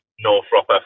Northrop